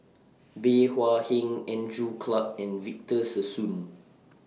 Bey Hua Heng Andrew Clarke and Victor Sassoon